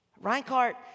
Reinhardt